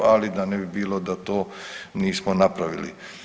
Ali da ne bi bilo da to nismo napravili.